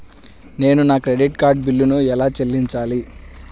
నేను నా credit card బిల్లును ఎలా చెల్లించాలీ?